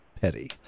petty